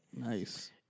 Nice